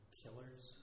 killers